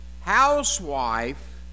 housewife